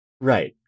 Right